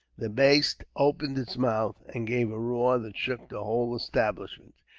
the baste opened its mouth, and gave a roar that shook the whole establishment.